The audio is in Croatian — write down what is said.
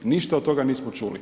Ništa od toga nismo čuli.